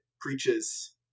preaches